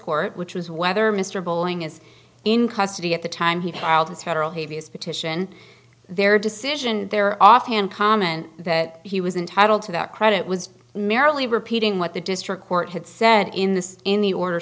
court which is whether mr bowling is in custody at the time he filed his federal habeas petition their decision their offhand comment that he was entitled to that credit was merely repeating what the district court had said in the in the order